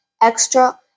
extra